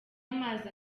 amazi